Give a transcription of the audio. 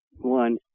one